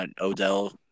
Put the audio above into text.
Odell